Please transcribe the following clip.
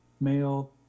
male